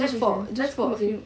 just for just for